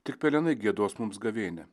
tik pelenai giedos mums gavėnią